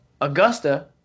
Augusta